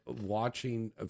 watching